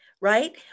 right